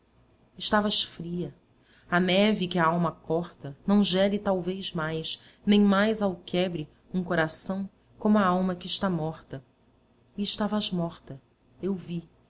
pena estavas fria a neve que a alma corta não gele talvez mais nem mais alquebre um coração como a alma que está morta e estavas morta eu vi